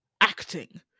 acting